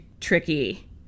tricky